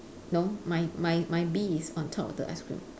no my my my bee is on top of the ice cream